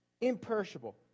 imperishable